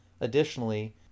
Additionally